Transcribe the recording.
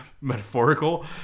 metaphorical